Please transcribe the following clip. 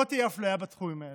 לא תהיה אפליה בתחומים האלה.